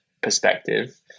perspective